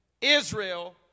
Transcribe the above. Israel